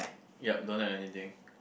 yup don't have anything